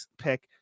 pick